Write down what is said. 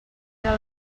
era